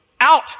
Out